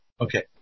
Okay